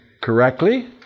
correctly